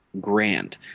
grand